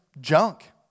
junk